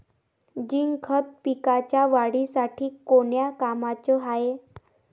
Zinc खत पिकाच्या वाढीसाठी कोन्या कामाचं हाये?